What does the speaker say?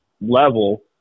level